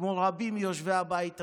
כמו רבים מיושבי הבית הזה.